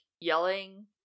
yelling